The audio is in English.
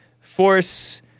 Force